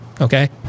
Okay